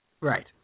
Right